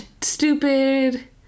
stupid